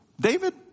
David